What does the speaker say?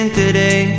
today